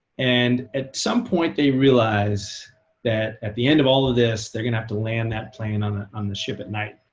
and at some point they realize that at the end of all of this, they're going to have to land that plane on on the ship at night.